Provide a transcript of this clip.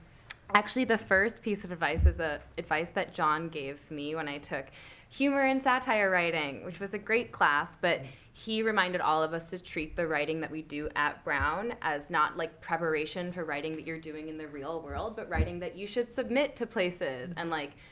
actually, the first piece of advice is the advice that john gave me when i took humor and satire writing, which was a great class. but he reminded all of us to treat the writing that we do at brown as not, like, preparation for writing that you're doing in the real world, but writing that you should submit to places. and like,